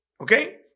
okay